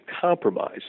compromise